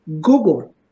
Google